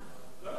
לא, לא, השר מדבר.